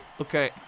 Okay